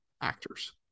actors